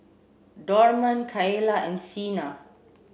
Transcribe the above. Dorman Kaela and Sina